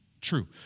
True